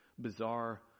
bizarre